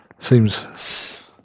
seems